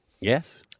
Yes